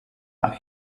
are